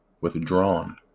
withdrawn